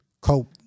cope